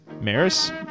Maris